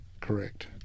correct